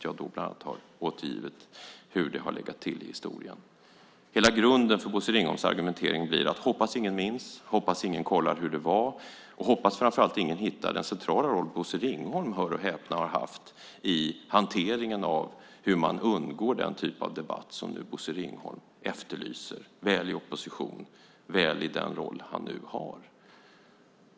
Jag har återgivit hur det har legat till i historien. Hela grunden för Bosse Ringholms argumentering blir: Hoppas ingen minns. Hoppas ingen kollar hur det var. Hoppas framför allt att ingen hittar den centrala roll som Bosse Ringholm - hör och häpna - har haft i hanteringen av hur man undgår den typ av debatt som nu Bosse Ringholm efterlyser, väl i opposition, väl i den roll han nu har.